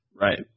Right